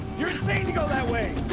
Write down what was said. you're insane to go that way!